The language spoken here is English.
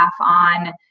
on